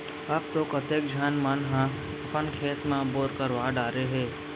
अब तो कतेक झन मन ह अपन खेत म बोर करवा डारे हें